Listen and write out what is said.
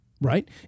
right